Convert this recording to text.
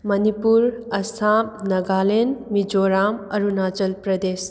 Manipur Assam Nagaland Mizoram Arunachal Pradesh